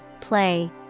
play